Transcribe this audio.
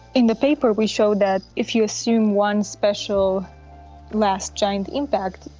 in the paper we show that if you assume one special last giant impact,